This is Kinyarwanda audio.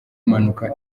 imanuka